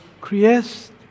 Creates